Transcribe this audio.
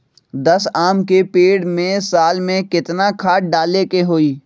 दस आम के पेड़ में साल में केतना खाद्य डाले के होई?